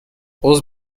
عذر